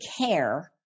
care